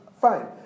fine